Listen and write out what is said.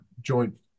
joint